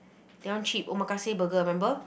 that one cheap Omakase burger remember